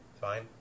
fine